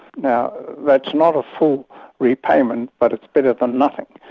now that's not a full repayment, but it's better than nothing,